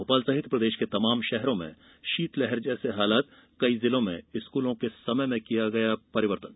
भोपाल सहित प्रदेश के तमाम शहरों में शीतलहर जैसे हालात कई जिलों में स्कूलों के समय में किया गया परिवर्तन